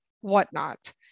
whatnot